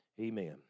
Amen